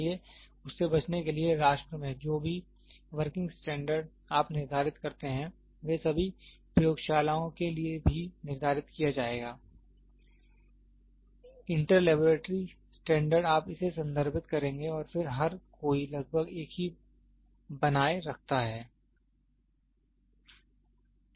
इसलिए उससे बचने के लिए राष्ट्र में जो भी वर्किंग स्टैंडर्ड आप निर्धारित करते हैं वह सभी प्रयोगशालाओं के लिए भी निर्धारित किया जाएगा इंटर लैबोरेट्री स्टैंडर्ड आप इसे संदर्भित करेंगे और फिर हर कोई लगभग एक ही बनाए रखता है